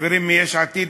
החברים מיש עתיד,